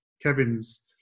Kevin's